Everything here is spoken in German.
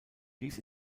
dies